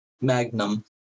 Magnum